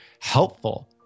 helpful